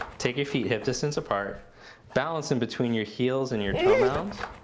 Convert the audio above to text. take your feet hip distance apart balance in between your heels and your toe mounds